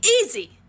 easy